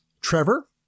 Trevor